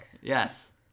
yes